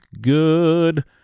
good